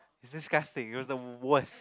it's disgusting it was the worst